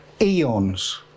eons